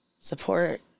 support